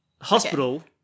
Hospital